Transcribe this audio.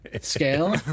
scale